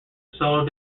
solo